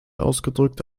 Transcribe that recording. ausgedrückt